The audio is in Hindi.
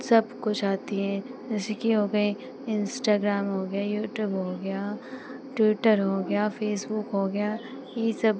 सब कुछ आती हैं जैसे कि हो गए इंस्टाग्राम हो गए यूट्यूब हो गया ट्विटर हो गया फ़ेसबुक हो गया ये सब